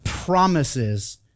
promises